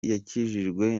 yakijijwe